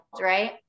right